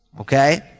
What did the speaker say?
Okay